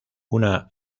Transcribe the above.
una